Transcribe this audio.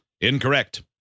Incorrect